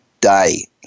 day